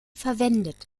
verwendet